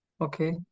Okay